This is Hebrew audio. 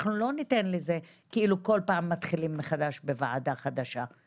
אנחנו לא ניתן לזה להתחיל מחדש כל פעם בוועדה עכשיו כאילו.